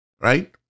right